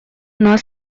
нас